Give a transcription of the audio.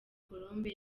colombe